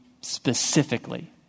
specifically